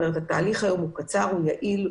התהליך הוא קצר ויעיל.